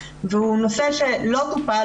והוא נושא שלא טופל,